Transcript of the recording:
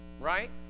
right